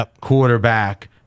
quarterback